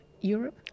Europe